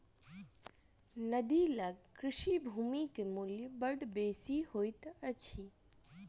नदी लग कृषि भूमि के मूल्य बड़ बेसी होइत अछि